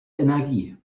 energie